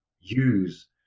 use